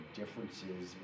differences